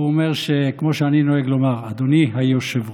והוא אומר שכמו שאני נוהג לומר: אדוני היושב-ראש.